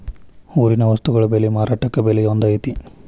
ಊರಿನ ವಸ್ತುಗಳ ಬೆಲೆ ಮಾರುಕಟ್ಟೆ ಬೆಲೆ ಒಂದ್ ಐತಿ?